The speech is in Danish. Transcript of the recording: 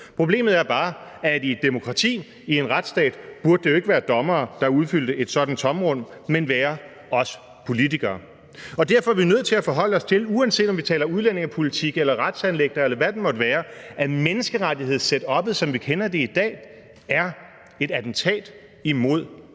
Problemet er bare, at i et demokrati – i en retsstat – burde det jo ikke være dommere, der udfyldte et sådant tomrum, men burde være os politikere. Og derfor er vi nødt til at forholde os til, uanset om vi taler udlændingepolitik eller retsanliggender, eller hvad det måtte være, at menneskerettighedssetuppet, som vi kender det i dag, er et attentat imod folkestyret.